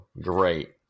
Great